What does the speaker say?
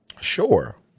Sure